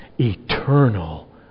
eternal